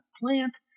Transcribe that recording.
plant